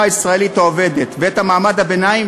הישראלית העובדת ואת מעמד הביניים,